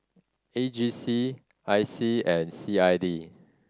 A G C I C and C I D